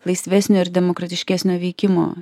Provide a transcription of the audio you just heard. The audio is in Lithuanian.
laisvesnio ir demokratiškesnio veikimo